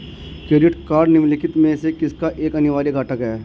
Credit card निम्नलिखित में से किसका एक अनिवार्य घटक है?